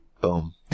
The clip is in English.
boom